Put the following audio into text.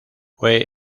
fue